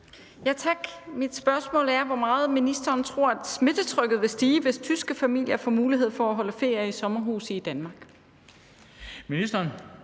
(V): Tak. Mit spørgsmål er, hvor meget ministeren tror at smittetrykket vil stige, hvis tyske familier får mulighed for at holde ferie i sommerhuse i Danmark.